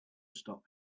stop